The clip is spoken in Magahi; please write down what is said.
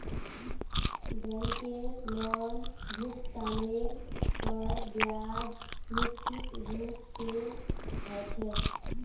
बैंकेर लोनभुगतानेर पर ब्याज निश्चित रूप से ह छे